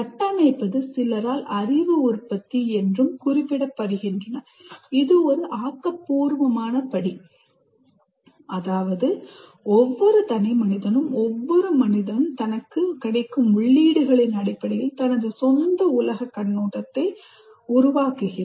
கட்டமைப்பது சிலரால் அறிவு உற்பத்தி என்றும் குறிப்பிடப்படுகின்றன இது ஒரு ஆக்கபூர்வமான படி அதாவது ஒவ்வொரு தனிமனிதனும் தனக்குக் கிடைக்கும் உள்ளீடுகளின் அடிப்படையில் தனது சொந்த உலகக் கண்ணோட்டத்தை உருவாக்குகிறான்